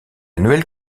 nouvelle